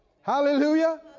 Hallelujah